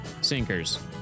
sinkers